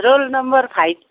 roll number five